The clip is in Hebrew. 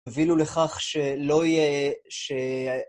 הובילו לכך שלא יהיה...